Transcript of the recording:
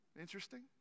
interesting